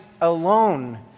alone